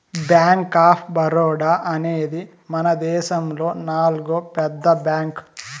bank of Baroda అనేది మనదేశములో నాల్గో పెద్ద బ్యాంక్